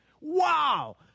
Wow